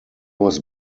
was